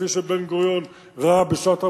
כפי שבן-גוריון ראה בשנת 1948,